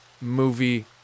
movie